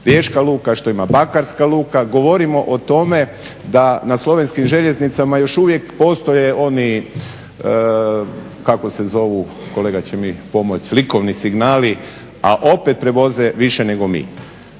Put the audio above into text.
riječka luka, bakarska luka. Govorim o tome da na slovenskim željeznicama još uvijek postoje oni kako se zovu kolega će mi pomoći likovni signali, a opet prevoze više nego mi.